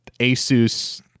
Asus